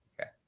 Okay